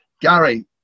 Gary